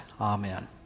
amen